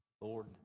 Lord